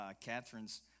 Catherine's